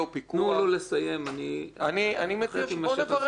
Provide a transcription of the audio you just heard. אני מציע שנברר את זה.